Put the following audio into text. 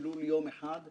ירדנה מלר-הורוביץ,